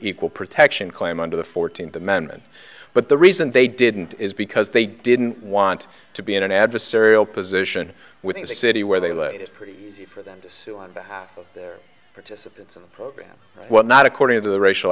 equal protection claim under the fourteenth amendment but the reason they didn't is because they didn't want to be in an adversarial position with the city where they laid it pretty easy for them to sue on behalf of their participants in the program well not according to the racial